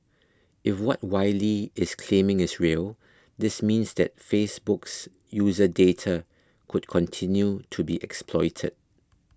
if what Wylie is claiming is real this means that Facebook's user data could continue to be exploited